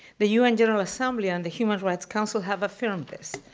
the u n. general assembly and the human rights council have affirmed this.